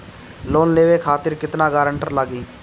Loan लेवे खातिर केतना ग्रानटर लागी?